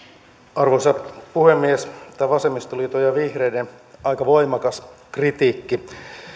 arvoisa puhemies tämä vasemmistoliiton ja vihreiden aika voimakas kritiikki